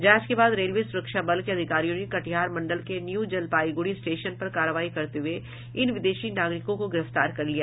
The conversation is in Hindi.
जांच के बाद रेलवे सुरक्षा बल के अधिकारियों ने कटिहार मंडल के न्यू जलपाईगुड़ी स्टेशन पर कार्रवाई करते हुए इन विदेशी नागरिकों को गिरफ्तार कर लिया